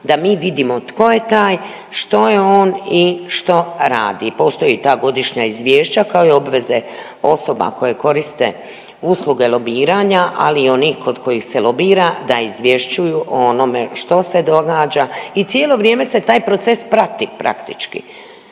da mi vidimo tko je taj, što je on i što radi. Postoji ta godišnja izvješća kao i obveze osoba koje koriste usluge lobiranja ali i onih kod kojih se lobira da izvješćuju o onome što se događa i cijelo vrijeme se taj proces prati praktički.